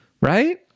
right